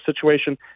situation